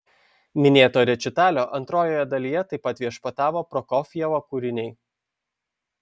minėto rečitalio antrojoje dalyje taip pat viešpatavo prokofjevo kūriniai